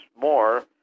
more